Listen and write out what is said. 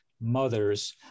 mothers